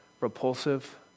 repulsive